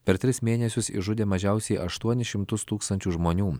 per tris mėnesius išžudė mažiausiai aštuonis šimtus tūkstančių žmonių